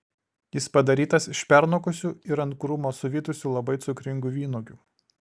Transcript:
jis padarytas iš pernokusių ir ant krūmo suvytusių labai cukringų vynuogių